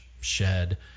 shed